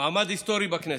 מעמד היסטורי בכנסת.